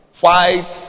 White